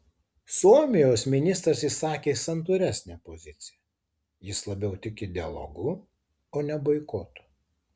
suomijos ministras išsakė santūresnę poziciją jis labiau tiki dialogu o ne boikotu